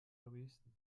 lobbyisten